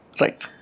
Right